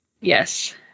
Yes